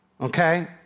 okay